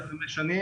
שנים,